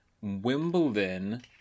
Wimbledon